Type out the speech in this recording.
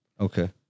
Okay